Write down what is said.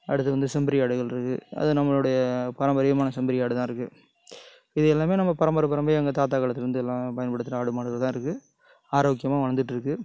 அடுத்து வந்து செம்பறி ஆடுகள் இருக்கு அது நம்பளோடைய பாரம்பரியமான செம்பறி ஆடு தான் இருக்கு இது எல்லாமே நம்ம பரம்பர பரம்பரையாக எங்கள் தாத்தா காலத்துலேருந்து எல்லா பயன்படுத்துகிற ஆடு மாடுகள் தான் இருக்கு ஆரோக்கியமாக வளர்ந்துட்ருக்கு